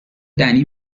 دنی